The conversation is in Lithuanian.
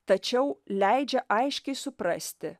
tačiau leidžia aiškiai suprasti